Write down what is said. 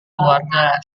keluarga